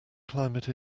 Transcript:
climate